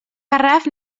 garraf